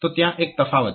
તો ત્યાં એક તફાવત છે